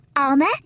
Alma